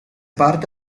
parte